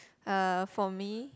uh for me